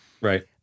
right